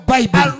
Bible